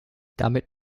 damit